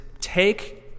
take –